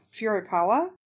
Furukawa